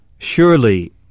Surely